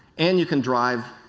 and you can drive